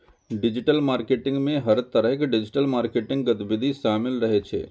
digital marketing मे हर तरहक डिजिटल मार्केटिंग गतिविधि शामिल रहै छै